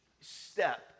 step